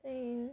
mm